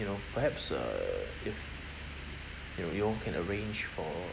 you know perhaps uh if you know you all can arrange for